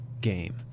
game